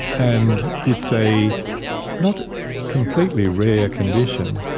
and it's a not completely rare condition.